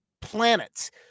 planets